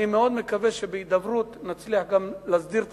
אני מאוד מקווה שבהידברות נצליח גם להסדיר את